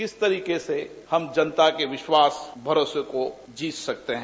किस तरीके से हम जनता के विश्वास भरोसे से जीत सकते हैं